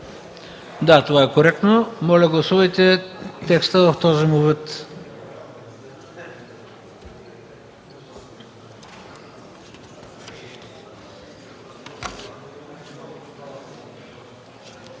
Да, това е коректно. Моля, гласувайте текста в този му вид.